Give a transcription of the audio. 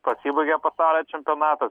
pasibaigė pasaulio čempionatas